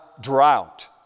drought